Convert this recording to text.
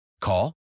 Call